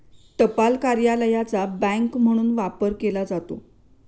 टपाल कार्यालयाचा बँक म्हणून वापर केला जातो